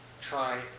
try